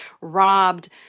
robbed